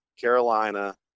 Carolina